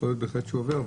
יכול להיות באמת שהוא עובר.